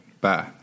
Bye